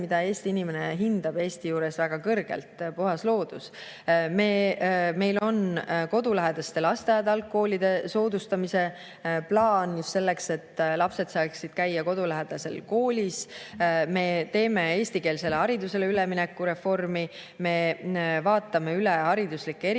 mida Eesti inimene hindab Eesti juures väga kõrgelt – puhas loodus. Meil on kodulähedaste lasteaed-algkoolide soodustamise plaan just selleks, et lapsed saaksid käia kodulähedases koolis. Me teeme eestikeelsele haridusele ülemineku reformi. Me vaatame üle hariduslike